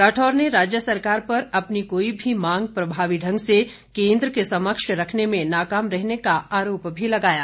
राठौर ने राज्य सरकार पर अपनी कोई भी मांग प्रभावी ढंग से केंद्र के समक्ष रखने में नाकाम रहने का आरोप भी लगाया है